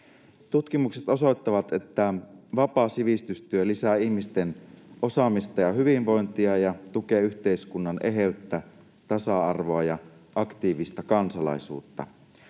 Tutkimukset osoittavat, että vapaa sivistystyö lisää ihmisten osaamista ja hyvinvointia ja tukee yhteiskunnan eheyttä, tasa-arvoa ja aktiivista kansalaisuutta.